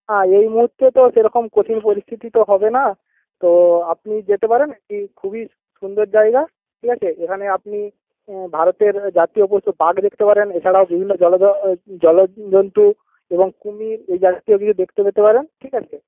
হ্যাঁ এই মুহুর্তে তো সেরকম কঠিন পরিস্থিতি তো হবে না তো আপনি যেতে পারেন কি খুবই সুন্দর জায়গা ঠিক আছে এখানে আপনি ভারতের জাতীয় পশু বাঘ দেখতে পারেন এছাড়াও বিভিন্ন জলধর জল জন্তু এবং কুমির এ জাতীয় কিছু দেখতে পেতে পারেন ঠিক আছে